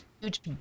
huge